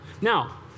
Now